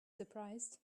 surprised